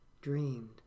dreamed